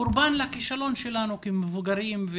קורבן לכישלון שלנו כמבוגרים,